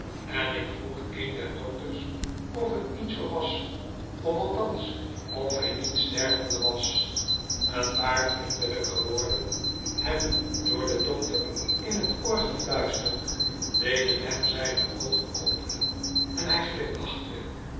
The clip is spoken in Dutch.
en ik vroeg een der dokters of t niet zoo was of althans of hij niet stervende was een paar vriendelijke woorden hem door den dokter in t oor gefluisterd deden hem zijne oogen openen en hij glimlachte